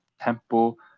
temple